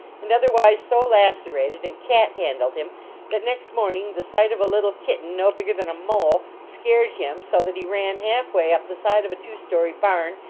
and otherwise so lacerated and cat-handled him that next morning the sight of a little kitten, no bigger than a mole, scared him so that he ran half way up the side of a two-story barn,